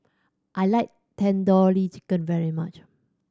I like Tandoori Chicken very much